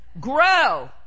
Grow